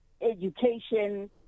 education